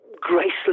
graceless